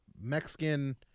Mexican